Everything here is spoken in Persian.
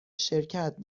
شرکت